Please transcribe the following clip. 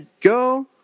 go